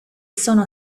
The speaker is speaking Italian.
sono